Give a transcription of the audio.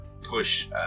push